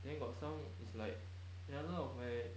then got some is like another of my